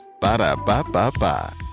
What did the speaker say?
Ba-da-ba-ba-ba